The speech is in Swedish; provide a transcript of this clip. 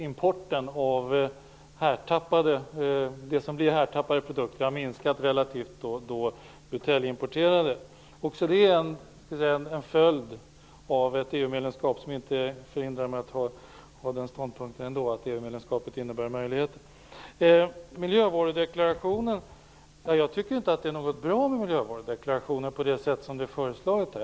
Importen av det som blir härtappade produkter har minskat i relation till buteljimporterade produkter. Också det är en följd av EU-medlemskapet. Det hindrar mig inte från att inta ståndpunkten att EU-medlemskapet innebär möjligheter. Jag tycker inte att miljövarudeklaration så som det har föreslagits är bra.